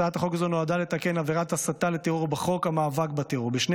הצעת החוק הזו נועדה לתקן עבירת הסתה לטרור בחוק המאבק בטרור בשני